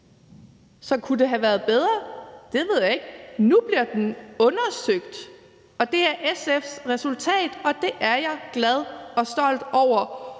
Så kunne det have været bedre? Det ved jeg ikke. Nu bliver den undersøgt, og det er SF's fortjeneste. Det er jeg glad for og stolt over,